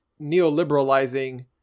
neoliberalizing